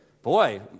Boy